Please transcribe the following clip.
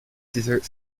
dessert